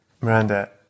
Miranda